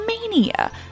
Mania